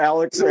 Alex